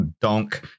donk